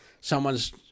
someone's